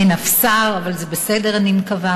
אין אף שר, אבל זה בסדר, אני מקווה.